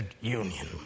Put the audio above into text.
union